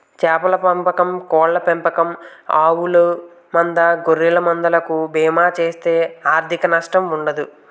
చేపల పెంపకం కోళ్ళ పెంపకం ఆవుల మంద గొర్రెల మంద లకు బీమా చేస్తే ఆర్ధిక నష్టం ఉండదు